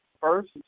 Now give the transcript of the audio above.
First